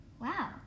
wow